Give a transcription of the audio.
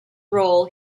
role